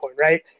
right